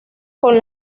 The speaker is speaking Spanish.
con